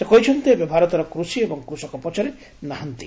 ସେ କହିଛନ୍ତି ଏବେ ଭାରତର କୃଷି ଏବଂ କୃଷକ ପଛରେ ନାହାନ୍ତି